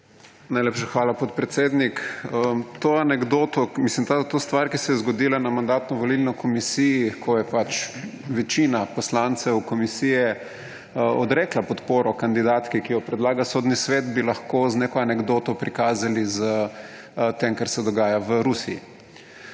Najlepša hvala, podpredsednik. To stvar, ki se je zgodila na Mandatno-volilni komisiji, ko je pač večina poslancev komisije odrekla podporo kandidatki, ki jo predlaga Sodni svet, bi lahko z neko anekdoto prikazali s tem, kar se dogaja v Rusiji.